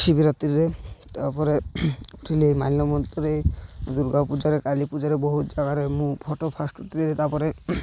ଶିବରାତ୍ରିରେ ତାପରେ ଉଠିଲି ମାଲ୍ୟବନ୍ତରେ ଦୁର୍ଗା ପୂଜାରେ କାଲି ପୂଜାରେ ବହୁତ ଜାଗାରେ ମୁଁ ଫଟୋ ଫାଷ୍ଟ ଉଠି ତା'ପରେ